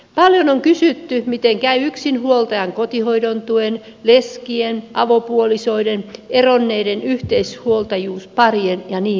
paljon on kysytty miten käy yksinhuoltajan kotihoidon tuen leskien avopuolisoiden eronneiden yhteishuoltajuusparien ja niin edelleen